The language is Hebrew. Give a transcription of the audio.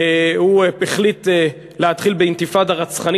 החליט להתחיל באינתיפאדה רצחנית.